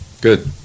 good